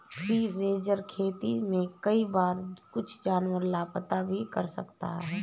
free range खेती में कई बार कुछ जानवर लापता भी हो सकते हैं